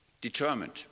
determined